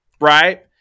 right